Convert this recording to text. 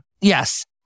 Yes